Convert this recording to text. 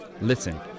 Listen